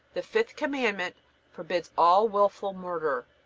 the fifth commandment forbids all wilful murder,